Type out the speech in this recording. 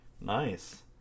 Nice